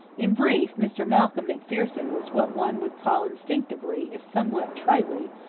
in brief, mr. malcolm macpherson was what one would call instinctively, if somewhat tritely,